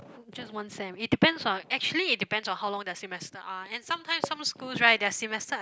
just one sem it depends on actually it depends on how long their semester are and sometimes some schools right their semester are